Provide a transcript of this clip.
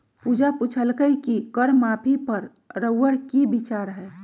पूजा पुछलई कि कर माफी पर रउअर कि विचार हए